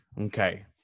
Okay